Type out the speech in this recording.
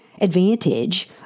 advantage